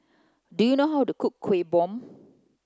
Do you know how to cook kueh bom